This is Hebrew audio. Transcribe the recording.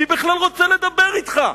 מי בכלל רוצה לדבר אתך?